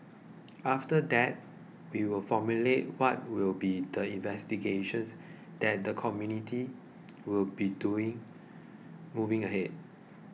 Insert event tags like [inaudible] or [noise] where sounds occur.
after that we will formulate what will be the investigations that the committee will be doing moving [unintelligible]